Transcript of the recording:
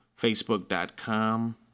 Facebook.com